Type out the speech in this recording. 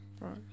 Right